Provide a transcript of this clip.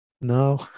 No